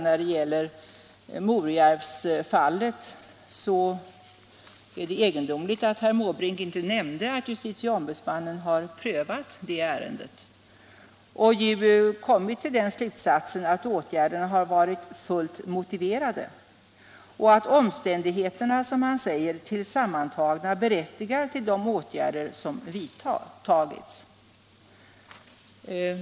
När det gäller Morjärvsfallet är det egendomligt att herr Måbrink inte nämnde att justitieombudsmannen prövat det ärendet och kommit till den slutsatsen att åtgärderna har varit fullt motiverade och att omständigheterna, som justitieombudsmannen säger, tillsammantagna berättigar till de åtgärder som vidtagits.